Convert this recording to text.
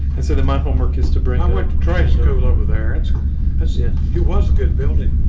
and so the my homework is to bring i want to try to go over there. that's yeah, he was a good building.